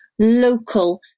Local